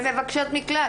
ומבקשות מקלט.